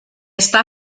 està